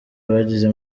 bagize